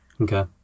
Okay